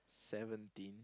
seventeen